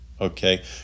okay